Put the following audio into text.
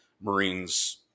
Marines